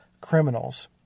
criminals